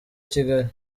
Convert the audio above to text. kigali